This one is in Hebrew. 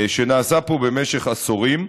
שנעשה פה במשך עשורים.